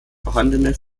vorhandene